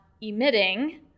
emitting